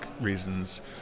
reasons